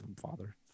father